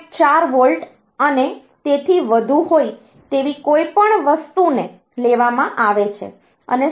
4 volt અને તેથી વધુ હોય તેવી કોઈપણ વસ્તુને લેવામાં આવે છે અને 0